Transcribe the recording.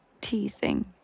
teasing